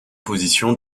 position